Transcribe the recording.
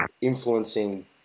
influencing